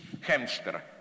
hamster